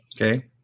Okay